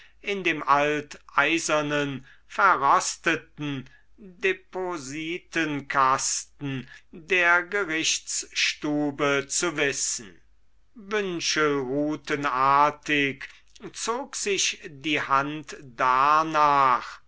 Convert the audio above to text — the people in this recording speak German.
in dem alt eisernen verrosteten depositenkasten der gerichtsstube zu wissen wünschelrutenartig zog sich die hand darnach